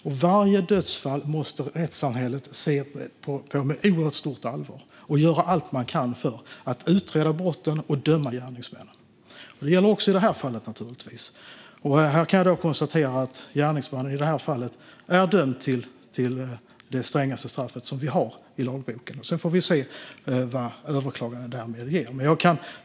Och rättssamhället måste se på varje dödsfall med ett oerhört stort allvar och göra allt man kan för att utreda brotten och döma gärningsmännen. Det gäller naturligtvis också i detta fall. Jag kan konstatera att gärningsmannen i detta fall är dömd till det strängaste straff som vi har i lagboken. Sedan får vi se vad ett överklagande ger.